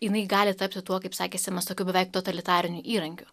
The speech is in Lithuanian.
jinai gali tapti tuo kaip sakė simas tokiu beveik totalitariniu įrankiu